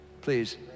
Please